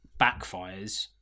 backfires